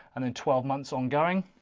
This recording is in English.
and in twelve months ongoing,